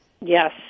Yes